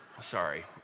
Sorry